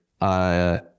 I-